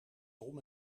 tom